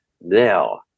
Now